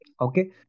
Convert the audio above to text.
Okay